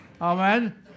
Amen